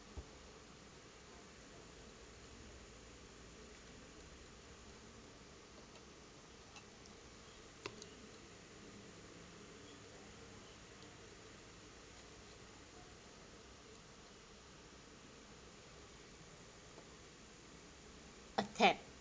attack